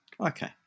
Okay